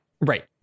Right